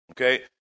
okay